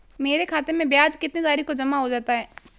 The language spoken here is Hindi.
मेरे खाते में ब्याज कितनी तारीख को जमा हो जाता है?